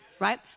right